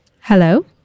Hello